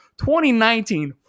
2019